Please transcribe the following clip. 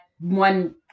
one